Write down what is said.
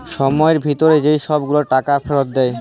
ছময়ের ভিতরে যে ছব গুলা টাকা ফিরত দেয়